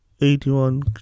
eighty-one